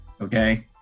okay